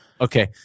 Okay